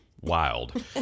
wild